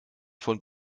von